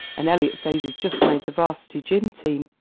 and elliot says he has just made the varsity gym team.